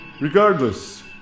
Regardless